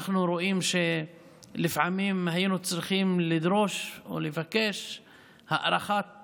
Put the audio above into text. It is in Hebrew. אנחנו רואים שלפעמים היינו צריכים לדרוש או לבקש הארכת